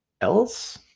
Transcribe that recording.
else